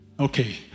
Okay